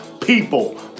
People